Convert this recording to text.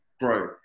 grow